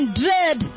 dread